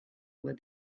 with